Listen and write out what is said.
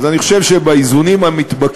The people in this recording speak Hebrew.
אז אני חושב שבאיזונים המתבקשים,